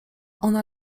ona